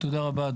תודה רבה.